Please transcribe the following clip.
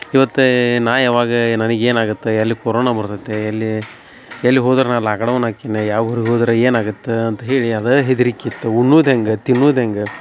ಇವತ್ತೇ ನಾ ಯಾವಾಗ ನನಗೆ ಏನಾಗತ್ತ ಎಲ್ಲಿ ಕೊರೋನ ಬರ್ತೆತೇ ಎಲ್ಲಿ ಎಲ್ಲಿ ಹೋದ್ರ ನಾ ಲಾಕ್ಡೌನ್ ಅಕ್ಕಿಂದೆ ಯಾವ ಊರಿಗೆ ಹೋದ್ರ ಏನಾಗತ್ತೆ ಅಂತ ಹೇಳಿ ಅದ ಹೆದರಿಕಿ ಇತ್ತು ಉಣ್ಣುದು ಹೆಂಗ ತಿನ್ನುದ ಹೆಂಗ